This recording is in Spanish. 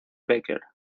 becker